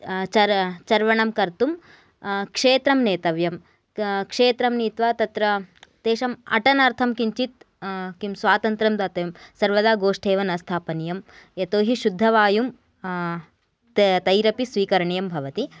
चर् चर्वणं कर्तुं क्षेत्रं नेतव्यं क्षेत्रं नीत्वा तत्र तेषाम् अटनार्थं किञ्चित् किं स्वातन्त्रं दातव्यं सर्वदा गोष्ठे एव न स्थापनीयम् यतोहि शुद्धवायुं ते तैरपि स्वीकरणीयं भवति